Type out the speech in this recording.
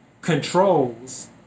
controls